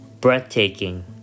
Breathtaking